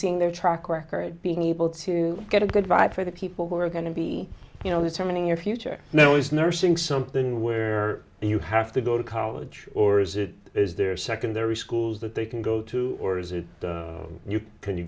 seeing their track record being able to get a good vibe for the people who are going to be you know the turning your future now is nursing something where you have to go to college or is it is there secondary school that they can go to or is it you can you